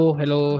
hello